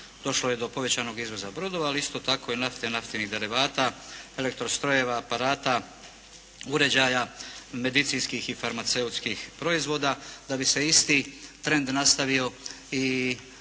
Došlo je do povećanog izvoza brodova, ali isto tako nafte i naftinih derivata, elektrostrojeva, aparata, uređaja, medicinskih i farmaceutskih proizvoda, da bi se isti trend nastavio i u srpnju